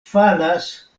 falas